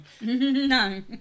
no